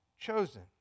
chosen